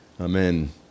Amen